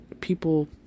people